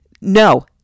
no